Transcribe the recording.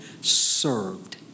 served